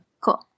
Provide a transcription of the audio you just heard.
cool